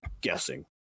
guessing